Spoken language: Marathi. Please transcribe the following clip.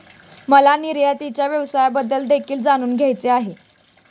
मला निर्यातीच्या व्यवसायाबद्दल देखील जाणून घ्यायचे आहे